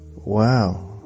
wow